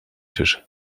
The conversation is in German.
tisch